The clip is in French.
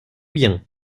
bien